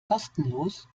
kostenlos